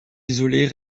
isolées